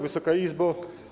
Wysoka Izbo!